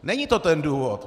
Není to ten důvod?